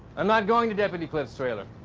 i'm not going to deputy cliff's trailer.